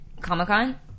comic-con